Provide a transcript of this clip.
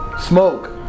Smoke